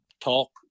talk